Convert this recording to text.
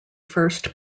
first